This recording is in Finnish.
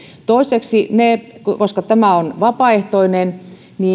toiseksi koska tämä on vapaaehtoinen